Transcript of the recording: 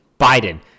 Biden